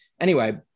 Anyway-